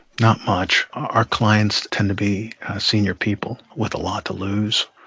not much. our clients tend to be senior people with a lot to lose.